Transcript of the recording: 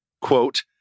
Quote